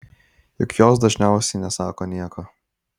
juk jos dažniausiai nesako nieko